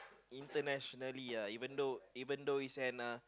internationally uh even though even though is an uh